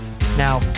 Now